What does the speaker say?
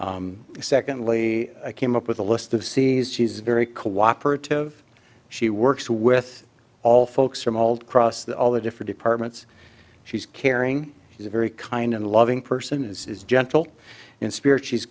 secondly i came up with a list of cs she's very co operative she works with all folks from old crossed all the different departments she's caring is a very kind and loving person as is gentle in spirit she's